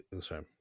sorry